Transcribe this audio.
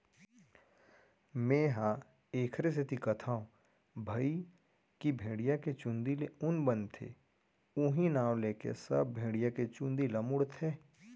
मेंहा एखरे सेती कथौं भई की भेड़िया के चुंदी ले ऊन बनथे उहीं नांव लेके सब भेड़िया के चुंदी ल मुड़थे